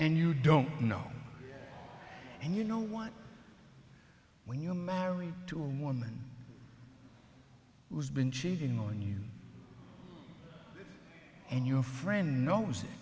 and you don't know and you know what when you're married to a woman who's been cheating on you and your friend knows